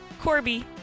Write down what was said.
Corby